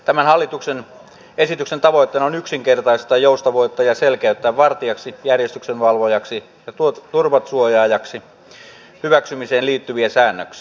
tämän hallituksen esityksen tavoitteena on yksinkertaistaa joustavoittaa ja selkeyttää vartijaksi järjestyksenvalvojaksi ja turvasuojaajaksi hyväksymiseen liittyviä säännöksiä